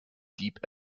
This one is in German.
deep